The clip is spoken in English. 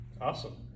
Awesome